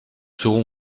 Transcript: serons